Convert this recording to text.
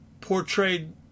portrayed